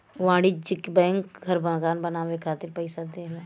वाणिज्यिक बैंक घर मकान बनाये खातिर पइसा देवला